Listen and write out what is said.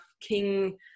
King